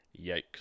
Yikes